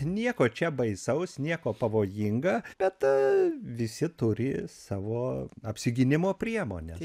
nieko čia baisaus nieko pavojinga bet visi turi savo apsigynimo priemones